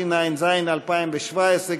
התשע"ז 2017,